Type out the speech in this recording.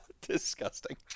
Disgusting